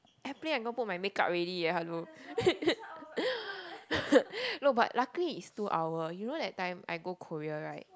airplane I'm gonna put my make up already eh hello no but luckily it's two hour you know that time I go Korea right